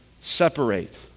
separate